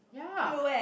ya